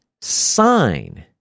sign